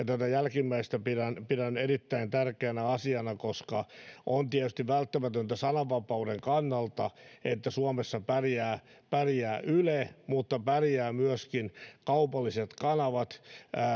tätä jälkimmäistä pidän pidän erittäin tärkeänä asiana koska on tietysti välttämätöntä sananvapauden kannalta että suomessa pärjää pärjää yle mutta pärjäävät myöskin kaupalliset kanavat